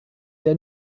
der